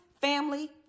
family